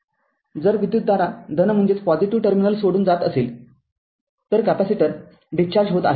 जर विद्युतधारा धन टर्मिनल सोडून जात असेल तर कॅपेसिटर डिस्चार्ज होत आहे